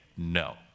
No